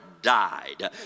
Died